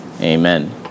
Amen